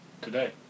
today